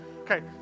Okay